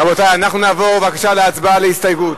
רבותי, אנחנו נעבור בבקשה להצבעה על ההסתייגות,